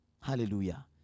Hallelujah